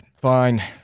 Fine